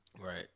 right